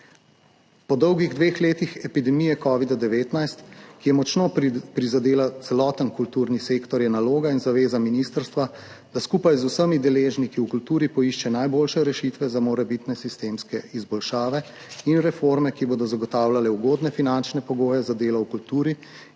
Po dolgih dveh letih epidemije covida-19, ki je močno prizadela celoten kulturni sektor, je naloga in zaveza ministrstva, da skupaj z vsemi deležniki v kulturi poišče najboljše rešitve za morebitne sistemske izboljšave in reforme, ki bodo zagotavljale ugodne finančne pogoje za delo v kulturi